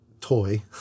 toy